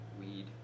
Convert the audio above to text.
Weed